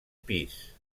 pis